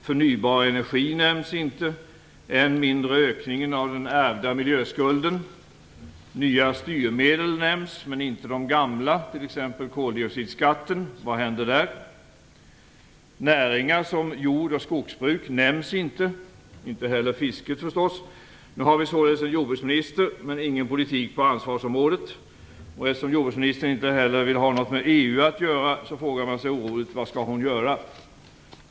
Förnybar energi nämns inte - än mindre ökningen av den ärvda miljöskulden. Nya styrmedel nämns, men inte de gamla. Vad händer t.ex. med koldioxidskatten? Näringar som jord och skogsbruk nämns inte, och inte heller fisket, förstås. Nu har vi således en jordbruksminister men ingen politik på ansvarsområdet. Eftersom jordbruksministern inte heller vill ha något med EU att göra frågar man sig oroligt vad hon skall göra.